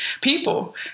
people